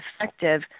effective